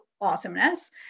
awesomeness